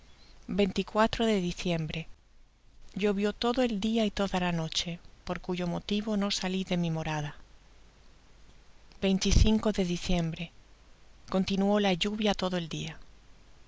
de diciembre llovió todo el dia y toda la noche por cuyo motivo no sali de mi morada de diciembre continuó la lluvia todo el dia